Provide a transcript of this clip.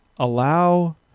allow